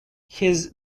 his